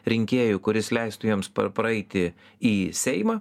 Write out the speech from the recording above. rinkėjų kuris leistų jiems praeiti į seimą